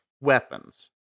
weapons